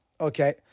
okay